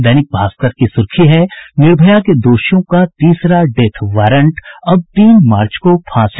दैनिक भास्कर की सुर्खी है निर्भया के दोषियों का तीसरा डेथ वारंट अब तीन मार्च को फांसी